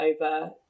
over